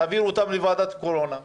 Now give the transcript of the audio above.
תעבירו אותם לוועדת קורונה.